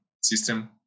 system